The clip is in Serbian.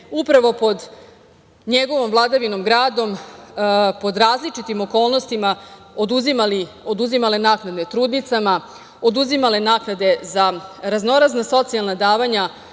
kada se pod njegovom vladavinom gradom pod različitim okolnostima oduzimale naknade trudnicama, oduzimale naknade za razno razna socijalna davanja. Žao